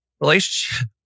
relationship